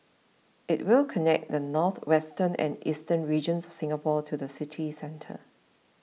it will connect the northwestern and eastern regions of Singapore to the city centre